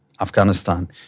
Afghanistan